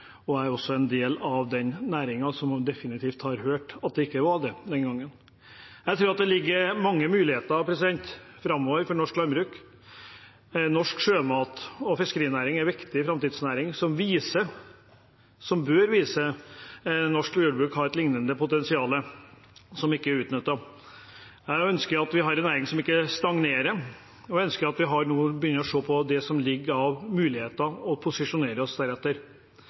Jeg er også en del av den næringen og hørte definitivt at det ikke var det den gangen. Jeg tror at det ligger mange muligheter framover for norsk landbruk. Norsk sjømat- og fiskerinæring er viktige framtidsnæringer som bør vise at norsk jordbruk har et lignende potensial, som ikke er utnyttet. Jeg ønsker at vi har en næring som ikke stagnerer, og jeg ønsker at vi nå begynner å se på det som ligger av muligheter og posisjonere oss deretter,